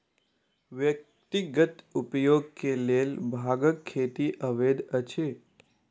व्यक्तिगत उपयोग के लेल भांगक खेती अवैध अछि